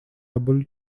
rubble